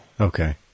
Okay